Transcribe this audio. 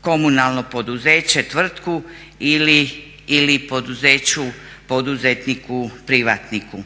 komunalno poduzeće, tvrtku ili poduzeću poduzetniku privatniku.